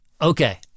Okay